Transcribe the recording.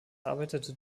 arbeitete